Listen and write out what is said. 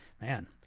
man